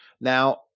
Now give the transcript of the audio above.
Now